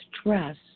stress